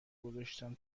گذاشتم